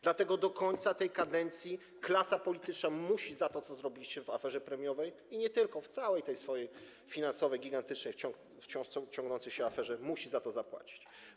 Dlatego do końca tej kadencji klasa polityczna za to, co zrobiliście w aferze premiowej, i nie tylko, w całej tej swojej finansowej, gigantycznej, wciąż ciągnącej się, aferze, musi zapłacić.